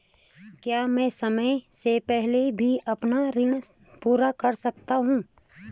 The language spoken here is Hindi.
क्या मैं समय से पहले भी अपना ऋण पूरा कर सकता हूँ?